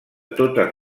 totes